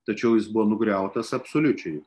tačiau jis buvo nugriautas absoliučiai